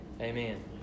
Amen